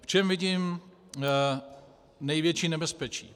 V čem vidím největší nebezpečí?